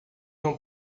vão